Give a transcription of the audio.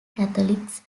catholics